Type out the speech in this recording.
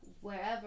wherever